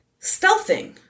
stealthing